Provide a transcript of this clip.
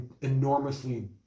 enormously